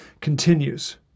continues